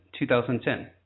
2010